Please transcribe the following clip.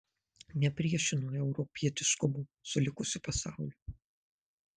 nepriešinu europietiškumo su likusiu pasauliu